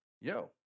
yo